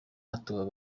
abatowe